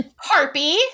Harpy